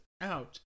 out